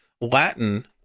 Latin